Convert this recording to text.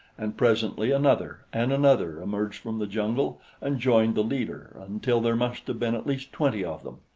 and presently another and another emerged from the jungle and joined the leader until there must have been at least twenty of them.